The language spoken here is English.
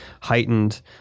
heightened